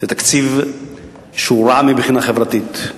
זה תקציב שהוא רע מבחינה חברתית,